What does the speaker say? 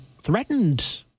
threatened